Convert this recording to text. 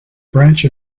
branch